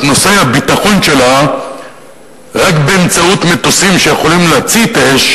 נושא הביטחון שלה רק באמצעות מטוסים שיכולים להצית אש